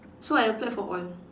so I applied for all